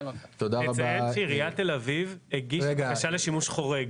אציין שעיריית תל אביב הגישה בקשה לשימוש חורג.